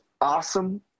awesome